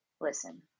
listen